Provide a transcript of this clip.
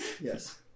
Yes